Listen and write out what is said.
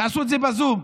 תעשו את זה בזום.